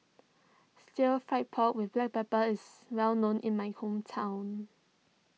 Stir Fry Pork with Black Pepper is well known in my hometown